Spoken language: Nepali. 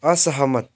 असहमत